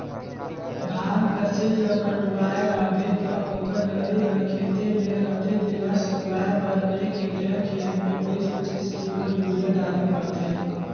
धान फसिल ल कटुवाए रहबे ता ओकर नरई हर खेते में रहथे तेला सरूवाए बर एक हेक्टेयर खेत में बीस पचीस किलो यूरिया डालेक परथे